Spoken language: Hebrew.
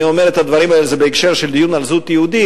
אני אומר את הדברים האלה בהקשר של הדיון על זהות יהודית,